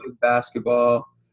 basketball